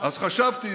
אז חשבתי